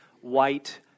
white